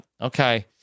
Okay